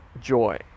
joy